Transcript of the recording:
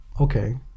Okay